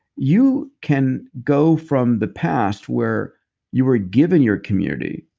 you can go from the past, where you were given your community,